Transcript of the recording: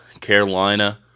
Carolina